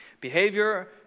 behavior